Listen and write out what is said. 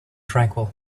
tranquil